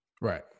Right